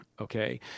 okay